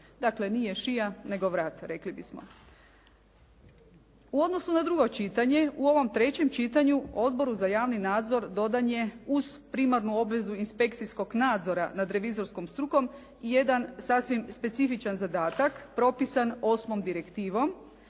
Dakle, nije šija, nego vrat rekli bismo. U odnosu na drugo čitanje u ovom trećem čitanju Odboru za javni nadzor dodan je uz primarnu obvezu inspekcijskog nadzora nad revizorskom strukom i jedan sasvim specifičan zadatak propisan osmom direktivom,